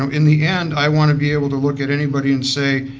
um in the end i want to be able to look at anybody and say,